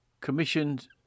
commissioned